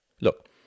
Look